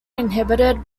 inhabited